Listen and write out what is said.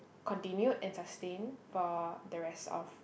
continued and sustained for the rest of